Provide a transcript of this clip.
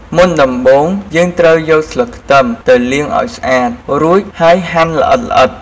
មុនដំបូងយើងត្រូវយកស្លឹកខ្ទឹមទៅលាងឱ្យស្អាតរួចហើយហាន់ល្អិតៗ។